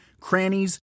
crannies